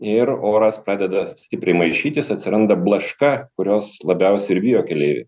ir oras pradeda stipriai maišytis atsiranda blaška kurios labiausiai ir bijo keleiviai